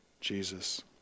Jesus